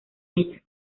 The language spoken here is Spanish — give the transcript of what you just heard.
ella